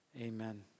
amen